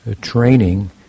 training